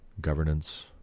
governance